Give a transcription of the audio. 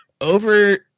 Over